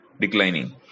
declining